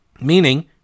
meaning